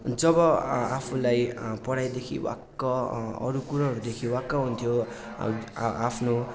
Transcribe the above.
जब आफूलाई पढाइदेखि वाक्क अरू कुरोहरूदेखि वाक्क हुन्थ्यो आफ्नो